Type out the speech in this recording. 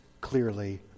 clearly